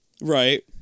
right